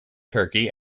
turkey